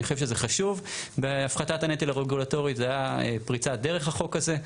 אני חושב שזה חשוב והפחתת הנטל הרגולטורי זה היה פריצת דרך החוק הזה.